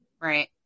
Right